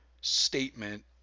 statement